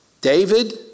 David